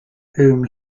whom